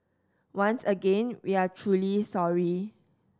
once again we are truly sorry